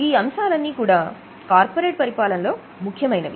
ఈ అంశాలన్నీ కూడా కార్పొరేట్ పరిపాలన లో ముఖ్యమైనవి